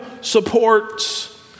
supports